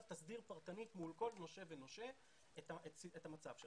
תסדיר פרטנית מול כל נושה ונושה את המצב שלך.